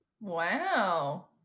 Wow